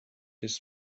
his